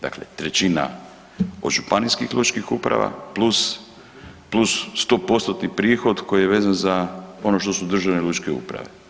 Dakle, trećina od županijskih lučkih uprava plus 100%-tni prihod koji je vezan za ono što su državne lučke uprave.